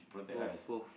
both both